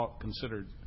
considered